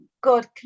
God